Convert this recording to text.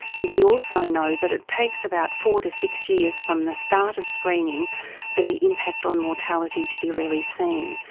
and we also know that it takes about four to six years from the start of screening for the impact on mortality to be really seen.